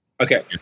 Okay